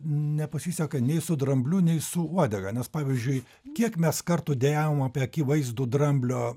nepasiseka nei su drambliu nei su uodega nes pavyzdžiui kiek mes kartų dejavom apie akivaizdų dramblio